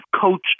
coached